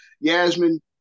Yasmin